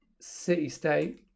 city-state